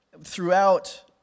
Throughout